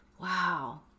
Wow